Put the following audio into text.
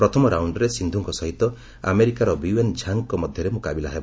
ପ୍ରଥମ ରାଉଣ୍ଡ୍ରେ ସିନ୍ଧୁଙ୍କ ସହିତ ଆମେରିକାର ବିଓ୍ବେନ୍ ଝାଙ୍ଗ୍ଙ୍କ ମଧ୍ୟରେ ମୁକାବିଲା ହେବ